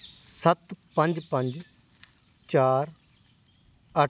ਸੱਤ ਪੰਜ ਪੰਜ ਚਾਰ ਅੱਠ